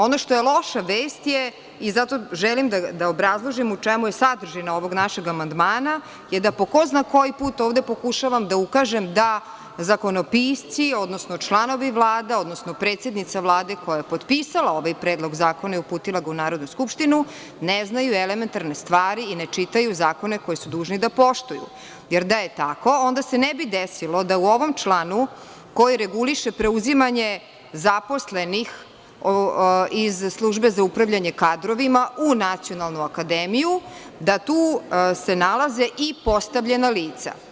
Ono što je loša vest, i zato želim da obrazložim u čemu je sadržina ovog našeg amandmana je da po ko zna koji put ovde pokušavam da ukažem da zakonopisci, odnosno članovi Vlade, odnosno predsednica Vlade koja je potpisala ovaj predlog zakona i uputila ga u Narodnu skupštinu, ne znaju elementarne stvari i ne čitaju zakone koje su dužni da poštuju, jer da je tako onda se ne bi desilo da u ovom članu koji reguliše preuzimanje zaposlenih iz Službe za upravljanje kadrovima u Nacionalnu akademiju da se tu nalaze i postavljena lica.